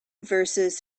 verses